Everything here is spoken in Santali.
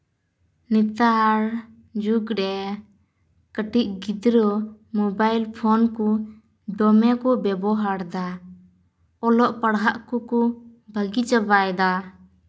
ᱱᱮᱛᱟᱨ ᱡᱩᱜᱽᱨᱮ ᱠᱟᱹᱴᱤᱡ ᱜᱤᱫᱽᱨᱟᱹ ᱢᱳᱵᱟᱭᱤᱞ ᱯᱷᱳᱱ ᱠᱚ ᱫᱚᱢᱮ ᱠᱚ ᱵᱮᱵᱚᱦᱟᱨ ᱫᱟ ᱚᱞᱚᱜ ᱯᱟᱲᱦᱟᱜ ᱠᱚᱠᱚ ᱵᱟᱹᱜᱤ ᱪᱟᱵᱟᱭᱮᱫᱟ